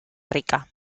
rica